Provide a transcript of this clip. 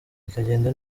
ikagenda